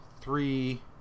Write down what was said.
three